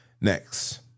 Next